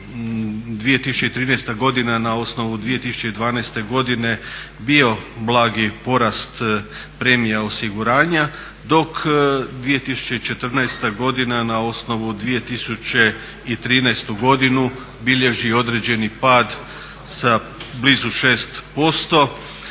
2013. godina na osnovu 2012. godine bio blagi porast premija osiguranja dok 2014. godina na osnovu 2013. godine bilježi određeni pad sa blizu 6%.